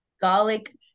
Garlic